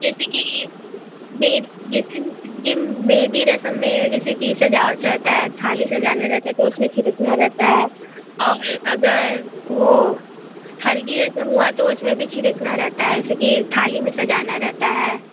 जैसे कि मैं जैसे कि मेहंदी रस्म में जैसे कि सजावट रहती है थाली सजाना रहता है तो उसमें छिड़कना रहता है और अगर वो हल्दी रस्म रहे तो उसमें भी छिड़कना रखना रहता है जैसे कि थाली में सजाना रहता है